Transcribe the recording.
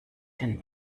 denn